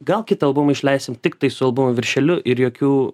gal kitą albumą išleisim tiktai su albumo viršeliu ir jokių